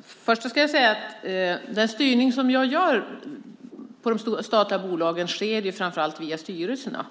Herr talman! Först ska jag säga att den styrning som jag gör av de statliga bolagen sker framför allt via styrelserna.